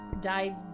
died